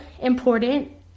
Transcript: important